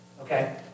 Okay